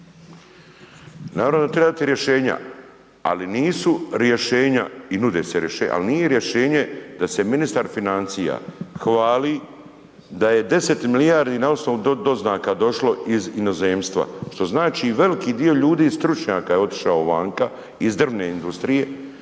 Naravno da trebate rješenja, ali nisu rješenja i nude se rješenja, al nije rješenje da se ministar financija hvali da je 10 milijardi na osnovu doznaka došlo iz inozemstva, što znači veliki dio ljudi i stručnjaka je otišao vanka iz drvne industrije,